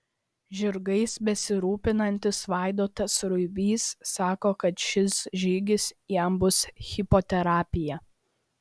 žirgais besirūpinantis vaidotas ruibys sako kad šis žygis jam bus hipoterapija